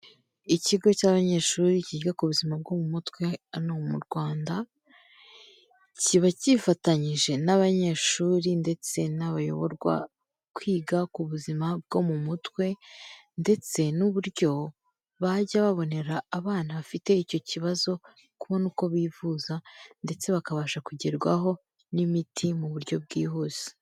Ikigo cy'abanyeshuri kiga ku buzima bwo mu mutwe hano mu Rwanda, kiba kifatanyije n'abanyeshuri ndetse n'abayoborwa kwiga ku buzima bwo mu mutwe, ndetse n'uburyo bajya babonera abana bafite icyo kibazo kubona uko bivuza, ndetse bakabasha kugerwaho n'imiti mu buryo bwihuse.